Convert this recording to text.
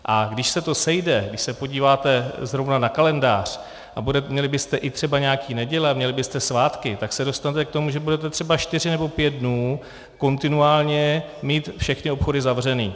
A když se to sejde, když se podíváte zrovna na kalendář a měli byste i třeba nějaké neděle a měli byste svátky, tak se dostanete k tomu, že budete třeba čtyři nebo pět dnů kontinuálně mít všechny obchody zavřené.